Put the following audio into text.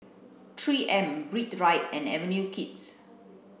three M Breathe Right and Avenue Kids